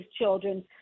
children